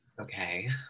Okay